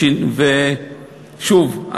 שוב,